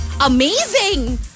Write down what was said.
amazing